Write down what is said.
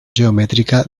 geomètrica